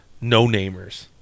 no-namers